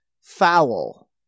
foul